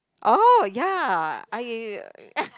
oh ya I